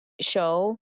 show